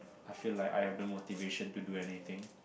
I feel like I have the motivation to do anything